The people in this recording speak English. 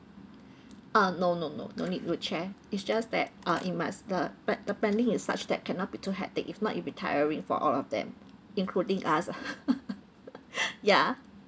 uh no no no no need wheelchair it's just that uh it must the plan the planning is such that cannot be too hectic if not it'd be tiring for all of them including us ya